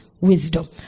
wisdom